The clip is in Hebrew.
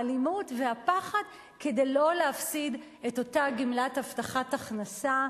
האלימות והפחד כדי לא להפסיד את אותה גמלת הבטחת הכנסה,